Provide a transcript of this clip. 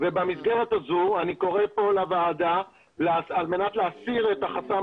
פה לוועדה להיכנס לעובי הקורה על מנת להסיר את החסם